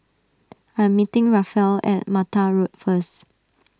I'm meeting Rafael at Mattar Road first